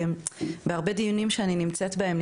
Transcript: שבהרבה מהדיונים שאני נמצאת בהם,